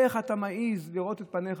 איך אתה מעז להראות את פניך?